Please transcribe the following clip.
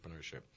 entrepreneurship